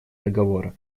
договора